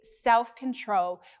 self-control